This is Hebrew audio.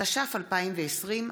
התש"ף 2020,